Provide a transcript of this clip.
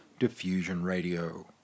diffusionradio